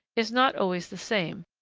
is not always the same,